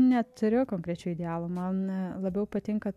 neturiu konkrečiai idealų man labiau patinka